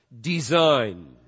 design